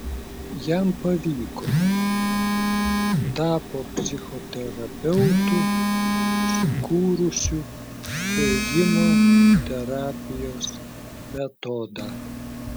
jam pavyko tapo psichoterapeutu sukūrusiu ėjimo terapijos metodą